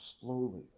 slowly